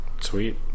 Sweet